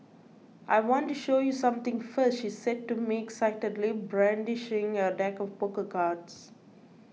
I want to show you something first she said to me excitedly brandishing a deck of poker cards